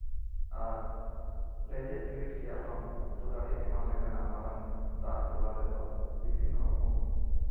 ᱟᱨ ᱞᱮᱸᱡᱮᱫ ᱫᱷᱤᱨᱤ ᱥᱮᱭᱟᱞᱚᱢ ᱟᱛᱩ ᱫᱟᱲᱮ ᱮᱢᱟᱱ ᱞᱮᱠᱟᱱᱟᱜ ᱢᱟᱨᱟᱝ ᱫᱟᱜ ᱡᱚᱞᱟ ᱨᱮᱫᱚ ᱵᱤᱵᱷᱤᱱᱱᱚ ᱨᱚᱠᱚᱢ